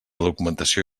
documentació